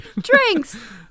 drinks